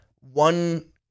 one